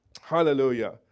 Hallelujah